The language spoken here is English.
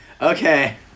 Okay